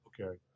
Okay